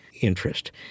interest